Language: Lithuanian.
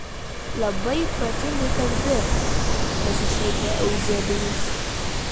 labai protingai kalbi pasišaipė euzebijus